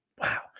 Wow